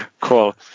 cool